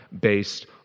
based